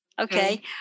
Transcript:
Okay